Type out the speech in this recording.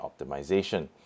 optimization